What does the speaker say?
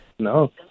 No